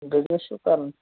business چھُو کرُن